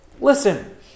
Listen